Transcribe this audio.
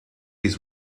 his